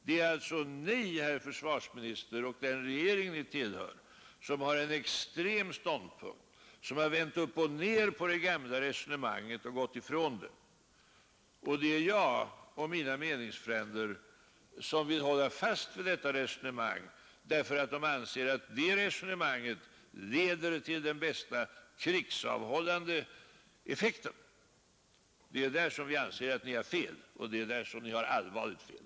Det är alltså Ni, herr försvarsminister, och den regering Ni tillhör som har en extrem ståndpunkt, som har vänt upp och ned på resonemanget om balanserat djupförsvar och gått ifrån det, och det är jag och mina meningsfränder som vill hålla fast vid detta resonemang, därför att vi anser att det resonemanget leder till den bästa krigsavhållande effekten. Det är där som vi anser att Ni har fel, och det är där som Ni har allvarligt fel.